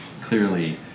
clearly